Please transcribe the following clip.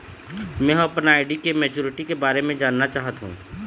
में ह अपन आर.डी के मैच्युरिटी के बारे में जानना चाहथों